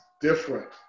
different